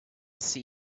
see